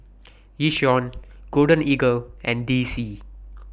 Yishion Golden Eagle and D C